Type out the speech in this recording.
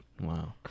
wow